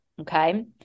okay